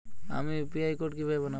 আমি UPI code কিভাবে বানাব?